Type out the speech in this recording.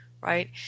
right